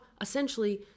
essentially